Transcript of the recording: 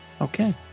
okay